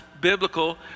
biblical